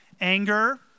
Anger